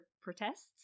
protests